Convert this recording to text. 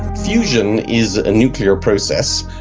fusion is a nuclear process,